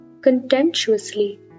contemptuously